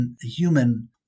human